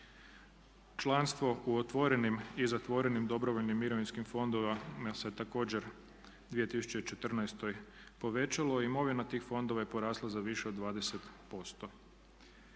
Članstvo u otvorenim i zatvorenim dobrovoljnim mirovinskim fondovima se također u 2014. povećalo i imovina tih fondova je porasla za više od 20%.